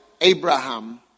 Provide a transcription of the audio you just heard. Abraham